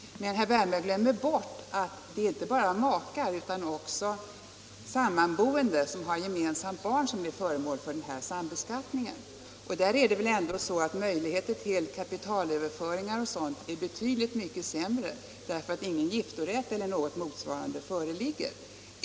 Men herr Wärnberg glömmier bort att det inte bara är makar utan också sammanboende, som har gemensamma barn, som blir föremål för denna sambeskattning, och där är möjligheterna till kapitalöverföringar m.m. betydligt sämre därför att ingen giftorätt eller något motsvarande föreligger.